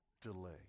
delay